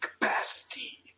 capacity